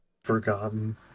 forgotten